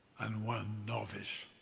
and one novice.